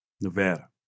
Nevada